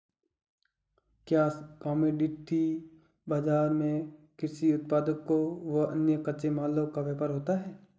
क्या कमोडिटी बाजार में कृषि उत्पादों व अन्य कच्चे मालों का व्यापार होता है?